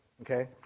okay